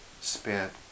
spent